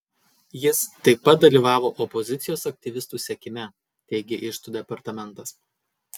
jis taip pat dalyvavo opozicijos aktyvistų sekime teigė iždo departamentas